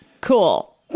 Cool